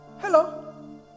Hello